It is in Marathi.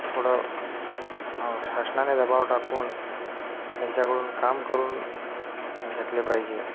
थोडं शासनाने दबाव टाकून त्यांच्याकडून काम करून घेतले पाहिजे